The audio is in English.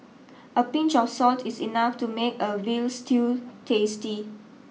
a pinch of salt is enough to make a veal stew tasty